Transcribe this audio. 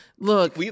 Look